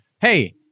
hey